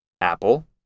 Apple